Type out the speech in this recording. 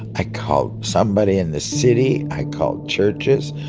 i called somebody in the city, i called churches.